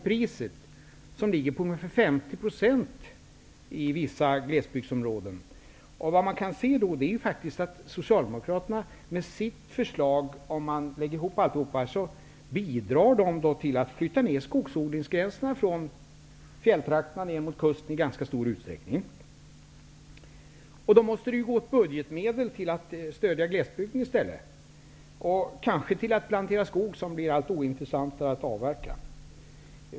Vi har på förslag en minskning av priset på Socialdemokraterna bidrar med sitt förslag -- om man lägger ihop allt detta -- till att flytta ned skogsodlingsgränserna från fjälltrakterna mot kusten. Det måste ju gå åt budgetmedel för att stödja glesbygden i stället; kanske för att plantera skog, som är allt ointressantare att avverka.